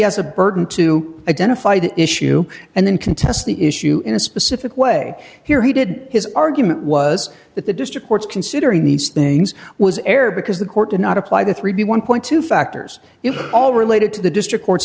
has a burden to identify the issue and then contest the issue in a specific way here he did his argument was that the district courts considering these things was error because the court did not apply the three b one point two factors it all related to the district court